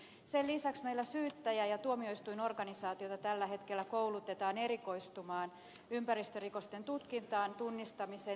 sen lisäksi meillä syyttäjä ja tuomioistuinorganisaatiota tällä hetkellä koulutetaan erikoistumaan ympäristörikosten tutkintaan ja tunnistamiseen